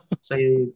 say